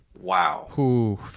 Wow